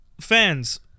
fans